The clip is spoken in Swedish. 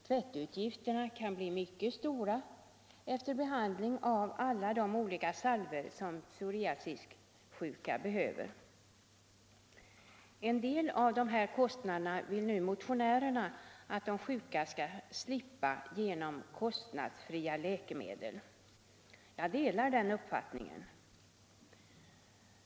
Tvättutgifterna kan bli mycket stora efter behandling med alla de olika salvor som den psoriasissjuke behöver. En del av dessa kostnader vill nu motionärerna att de sjuka skall slippa genom kostnadsfria läkemedel. Jag delar den uppfattningen.